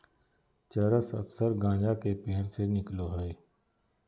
चरस अक्सर गाँजा के पेड़ से निकलो हइ